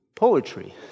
Poetry